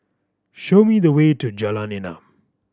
show me the way to Jalan Enam